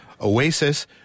Oasis